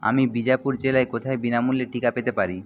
আমি বিজাপুর জেলায় কোথায় বিনামূল্যে টিকা পেতে পারি